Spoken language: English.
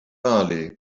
early